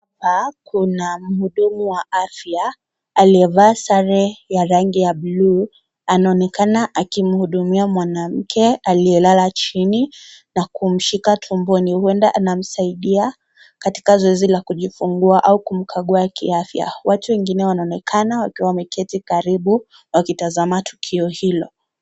Hapa kuna mhudumu wa afya aliyevaa sare ya rangi ya bluu anaonekana akimhudumia mwanamke aliyelala chini na kumshika tumboni, huenda anamsaidia katika zoezi la kujifungua au kumkagua kiafya. Watu wengine wanaonekana wakiwa wamketi karibu wakitazama tukio hilo.